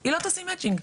היא לא תשים מצ'ינג,